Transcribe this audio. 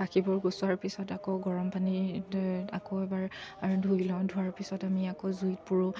পাখিবোৰ গুচোৱাৰ পিছত আকৌ গৰমপানীত আকৌ এবাৰ ধুই লওঁ ধোৱাৰ পিছত আমি আকৌ জুইত পুৰোঁ